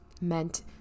meant